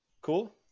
cool